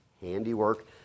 handiwork